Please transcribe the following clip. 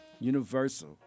Universal